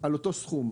על אותו סכום.